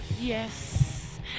Yes